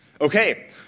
Okay